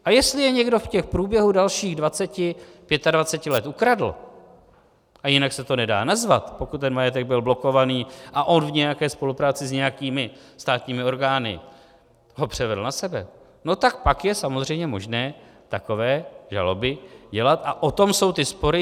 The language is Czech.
A jestli je někdo v průběhu těch dalších dvaceti, pětadvaceti let ukradl, a jinak se to nedá nazvat, pokud ten majetek byl blokovaný a on v nějaké spolupráci s nějakými státními orgány ho převedl na sebe, no tak pak je samozřejmě možné takové žaloby dělat a o tom jsou ty spory.